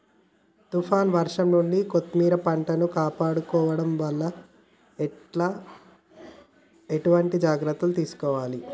తుఫాన్ వర్షం నుండి కొత్తిమీర పంటను కాపాడుకోవడం ఎట్ల ఎటువంటి జాగ్రత్తలు తీసుకోవాలే?